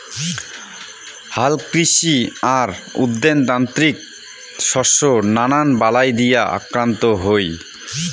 হালকৃষি আর উদ্যানতাত্ত্বিক শস্য নানান বালাই দিয়া আক্রান্ত হই